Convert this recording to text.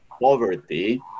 poverty